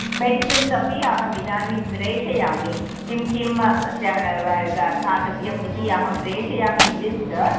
medicines अपि अहमिदानीं प्रेषयामि किं किं च् व् ग खादव्यम् इति अहं प्रेषयामि लिस्ट्